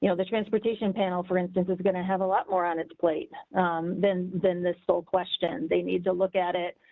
you know the transportation panel, for instance, is going to have a lot more on its plate than than this whole question. they need to look at it.